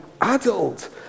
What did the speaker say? adult